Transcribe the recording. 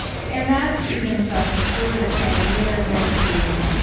and that's even stopping short of saying, we are going to